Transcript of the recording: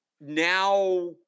Now